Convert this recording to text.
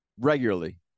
regularly